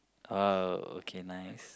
uh okay nice